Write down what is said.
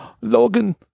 Logan